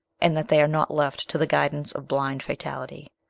and that they are not left to the guidance of blind fatality.